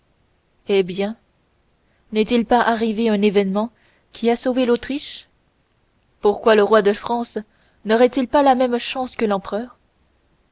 eh bien n'est-il pas arrivé un événement qui a sauvé l'autriche pourquoi le roi de france n'aurait-il pas la même chance que l'empereur